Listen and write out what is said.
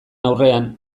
aurrean